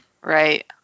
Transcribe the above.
right